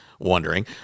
Wondering